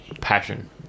passion